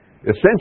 essentially